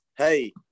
hey